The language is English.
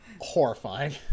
horrifying